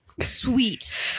sweet